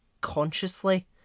consciously